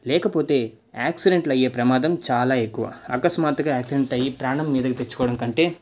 లేకపోతే యాక్సిడెంట్లు అయ్యే ప్రమాదం చాలా ఎక్కువ ఆకస్మాత్తుగా యాక్సిడెంట్ అయ్యి ప్రాణం మీదకు తెచ్చుకునే కంటే